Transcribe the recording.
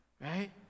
Right